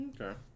Okay